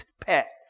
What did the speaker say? pet